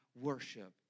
worship